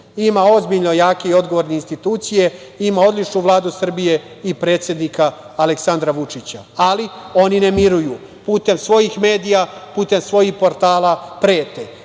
ima ozbiljne, jake i odgovorne institucije, ima odličnu Vladu Srbije i predsednika Aleksandra Vučića. Ali, oni ne miruju, putem svojih medija, putem svojih portala prete.